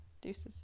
Deuces